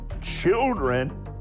children